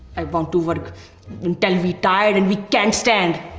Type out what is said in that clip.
i want to work until we tired and we can't stand.